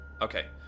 Okay